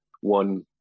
one